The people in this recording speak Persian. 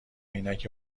عینک